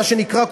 מה שנקרא,